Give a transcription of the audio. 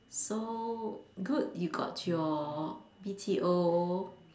so good you got your B_T_O